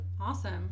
Awesome